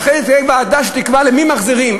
ואחרי זה תהיה ועדה שתקבע למי מחזירים,